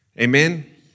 Amen